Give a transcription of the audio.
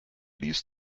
ließ